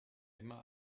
immer